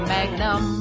Magnum